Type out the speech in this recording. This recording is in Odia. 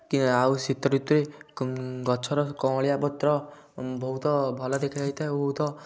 କିନ୍ତୁ ଆଉ ଶୀତ ଋତୁରେ ଗଛର କଅଁଳିଆ ପତ୍ର ବହୁତ ଭଲ ଦେଖା ଯାଇଥାଏ ବହୁତ